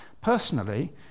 personally